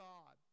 God